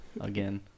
again